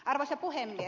arvoisa puhemies